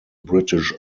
british